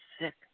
sick